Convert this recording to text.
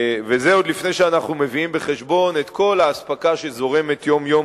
וזה עוד לפני שאנחנו מביאים בחשבון את כל האספקה שזורמת יום-יום